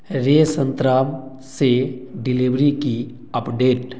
रे संतरा से डिलीवरी की अपडेट